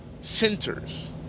centers